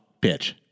pitch